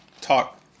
talk